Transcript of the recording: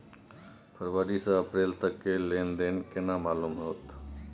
फरवरी से अप्रैल तक के लेन देन केना मालूम होते?